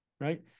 right